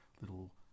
little